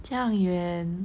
这样远